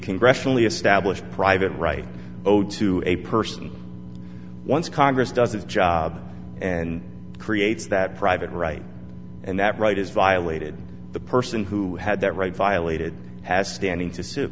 congressionally established private right owed to a person once congress does its job and creates that private right and that right is violated the person who had that right violated has standing to sue